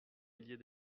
milliers